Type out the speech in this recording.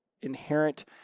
inherent